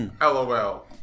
LOL